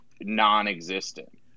non-existent